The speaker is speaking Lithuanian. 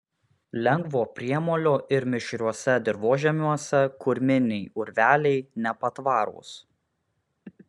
lengvo priemolio ir mišriuose dirvožemiuose kurminiai urveliai nepatvarūs